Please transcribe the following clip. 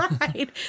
Right